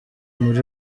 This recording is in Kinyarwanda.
muri